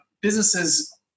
businesses